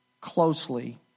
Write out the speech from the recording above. closely